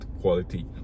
quality